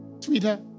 Twitter